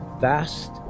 fast